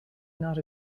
not